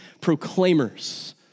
proclaimers